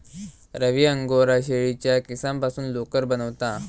रवी angora शेळीच्या केसांपासून लोकर बनवता